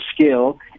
skill